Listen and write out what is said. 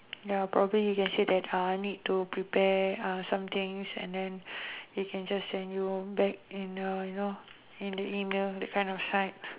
ya probably you can say that uh need to prepare uh some things and then he can just send you back in the you know in the email that kind of site